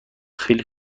خیلی